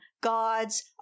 gods